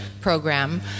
program